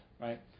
right